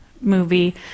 movie